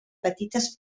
petites